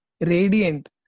radiant